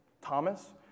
Thomas